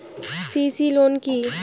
CC loan কি?